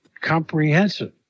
comprehensive